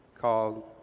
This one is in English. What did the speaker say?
called